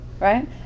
right